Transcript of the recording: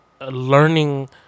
learning